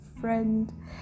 friend